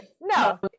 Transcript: no